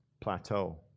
plateau